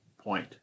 point